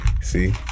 See